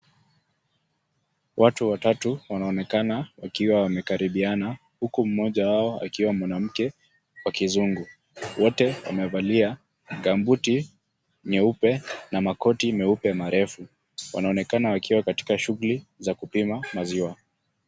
Watu watatu wanaonekana wakiwa wamekaribiana, huku mmoja wao akiwa mwanamke wa kizungu. Wote wamevalia gambuti jeupe na makoti meupe marefu. Wanaonekana wakiwa katika shughuli za kupima maziwa.